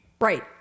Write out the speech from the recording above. Right